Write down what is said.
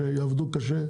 שיעבדו קשה,